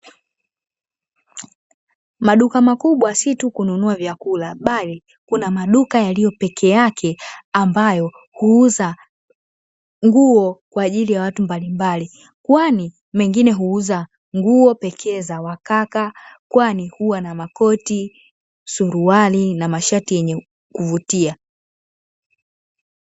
Maduka makubwa si tu kununua vyakula bali kuna maduka yaliyo pekee yake, ambayo huuza nguo kwa ajili ya watu mbalimbali kwani mengine huuza nguo pekee za wakaka, kwani huwa na makoti suruali na mashati yenye kuvutia.